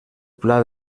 pla